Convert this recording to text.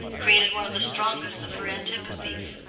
created one of the strongest of her antipathies.